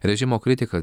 režimo kritika